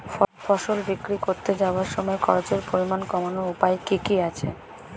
ফসল বিক্রি করতে যাওয়ার সময় খরচের পরিমাণ কমানোর উপায় কি কি আছে?